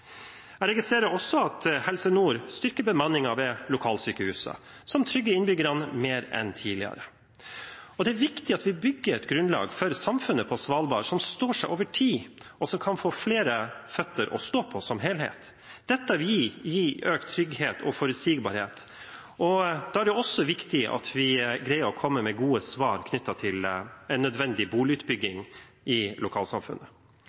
Jeg registrerer også at Helse Nord styrker bemanningen ved lokalsykehuset, som trygger innbyggerne mer enn tidligere. Det er viktig at vi bygger et grunnlag for samfunnet på Svalbard, som står seg over tid, og som kan få flere ben å stå på som helhet. Dette vil gi økt trygghet og forutsigbarhet, og da er det også viktig at vi greier å komme med gode svar i forbindelse med en nødvendig boligutbygging i lokalsamfunnet.